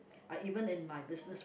I even in my business